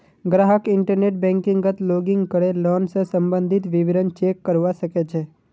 ग्राहक इंटरनेट बैंकिंगत लॉगिन करे लोन स सम्बंधित विवरण चेक करवा सके छै